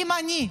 אם אני,